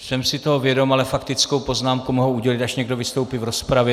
Jsem si toho vědom, ale faktickou poznámku mohu udělit, až někdo vystoupí v rozpravě.